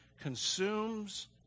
consumes